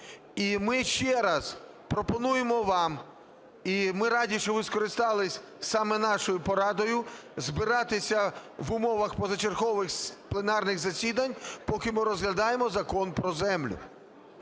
І ми ще раз пропонуємо вам, і ми раді, що ви скористалися саме нашою порадою збиратися в умовах позачергових пленарних засідань, поки ми розглядаємо Закон про землю.